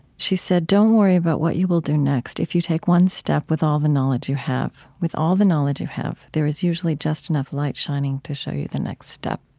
she said don't worry about what you will do next if you take one step with all the knowledge you have. with all the knowledge you have there is usually just enough light shining to show you the next step.